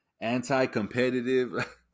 anti-competitive